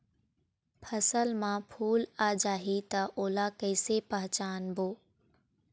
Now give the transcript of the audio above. फसल म फूल आ जाही त ओला कइसे पहचानबो?